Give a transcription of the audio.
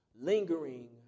lingering